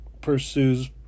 pursues